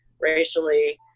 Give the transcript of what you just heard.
racially